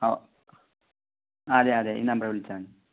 ആ അതെ അതെ ഈ നമ്പറിൽ വിളിച്ചാൽ മതി